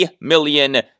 million